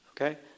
Okay